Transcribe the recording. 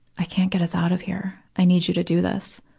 i can't get us out of here. i need you to do this.